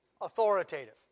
authoritative